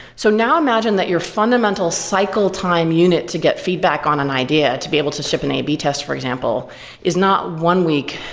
so now imagine that your fundamental cycle time unit to get feedback on an idea to be able to ship an ab test for example is not one week,